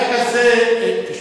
ברגע זה, תשמעו,